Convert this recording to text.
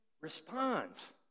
responds